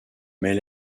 mais